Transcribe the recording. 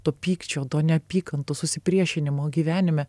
to pykčio neapykantos susipriešinimo gyvenime